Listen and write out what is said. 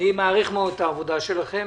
אני מעריך את העבודה שלכם,